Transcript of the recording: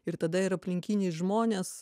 ir tada ir aplinkiniai žmonės